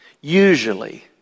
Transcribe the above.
Usually